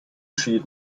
schied